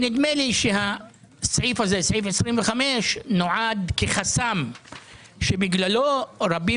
נדמה לי שסעיף 25 הוא חסם שבגללו רבים